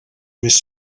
més